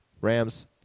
Rams